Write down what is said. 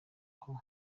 aho